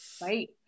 right